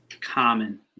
common